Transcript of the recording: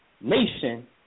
nation